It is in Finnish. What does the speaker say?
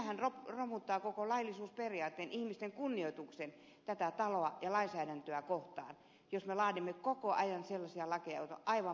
tämähän romuttaa koko laillisuusperiaatteen ihmisten kunnioituksen tätä taloa ja lainsäädäntöä kohtaan jos me laadimme koko ajan sellaisia lakeja joita on aivan mahdoton noudattaa